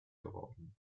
geworden